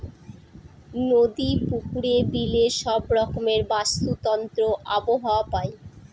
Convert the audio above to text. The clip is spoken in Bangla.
নদী, পুকুরে, বিলে সব রকমের বাস্তুতন্ত্র আবহাওয়া পায়